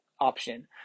option